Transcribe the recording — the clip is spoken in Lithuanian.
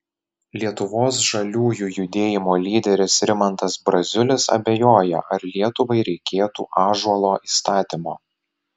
lietuvos žaliųjų judėjimo lyderis rimantas braziulis abejoja ar lietuvai reikėtų ąžuolo įstatymo